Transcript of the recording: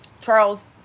Charles